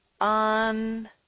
on